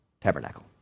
tabernacle